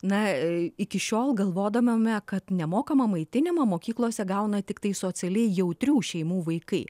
na iki šiol galvodavome kad nemokamą maitinimą mokyklose gauna tiktai socialiai jautrių šeimų vaikai